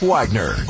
Wagner